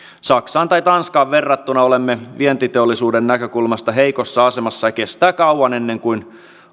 saksaan tai tanskaan verrattuna olemme vientiteollisuuden näkökulmasta heikossa asemassa ja kestää kauan ennen kuin